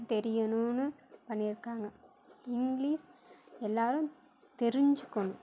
தெரியணும்னு பண்ணியிருக்காங்க இங்கிலீஷ் எல்லோரும் தெரிஞ்சுக்கணும்